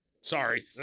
Sorry